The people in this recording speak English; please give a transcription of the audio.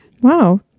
Wow